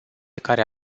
care